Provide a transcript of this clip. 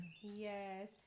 yes